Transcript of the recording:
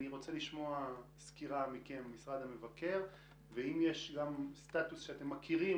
אני מבקש לשמוע את סקירת משרד המבקר ואם יש גם סטטוס שאתם מכירים,